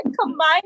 combine